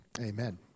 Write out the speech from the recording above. Amen